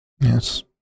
Yes